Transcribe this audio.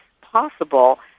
possible